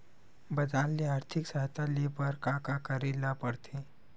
बजार ले आर्थिक सहायता ले बर का का करे ल पड़थे?